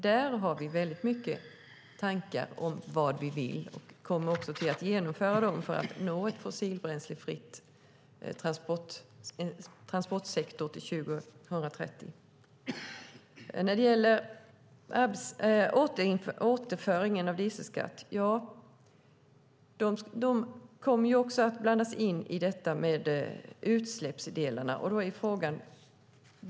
Där har vi väldigt många tankar om vad vi vill och kommer också att genomföra dem för att nå en fossilbränslefri transportsektor till 2030. Återföringen av dieselskatt kommer också att blandas in i detta med utsläppsdelarna.